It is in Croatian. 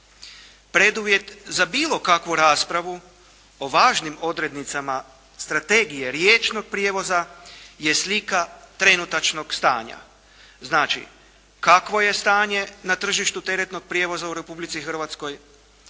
Preduvjet za bilo kakvu raspravu o važnim odrednicama strategije riječnog prijevoza je slika trenutačnog stanja. Znači, kakvo je stanje na tržištu teretnog prijevoza u Republici Hrvatskoj,